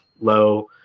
low